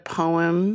poem